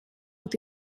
with